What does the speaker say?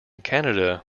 canada